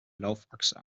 laufachse